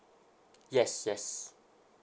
yes yes